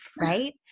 right